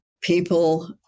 people